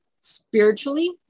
spiritually